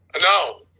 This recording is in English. No